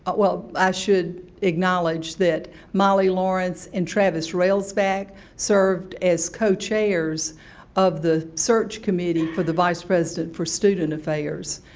but well, i should acknowledge that molly lawrence and travis railsback served as co-chairs of the search committee for the vice president for student affairs.